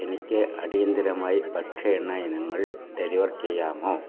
എനിക്ക് അടിയന്തിരമായി ഭക്ഷ്യ എണ്ണ ഇനങ്ങൾ ഡെലിവർ ചെയ്യാമോ